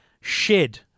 Shed